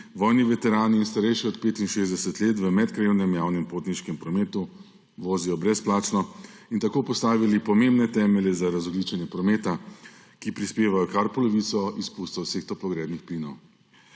vojni veterani in starejši od 65 let v medkrajevnem javnem potniškem prometu vozijo brezplačno; in tako postavili pomembne temelje za razogljičenje prometa, ki prispeva kar polovico izpustov vseh toplogrednih plinov.